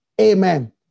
Amen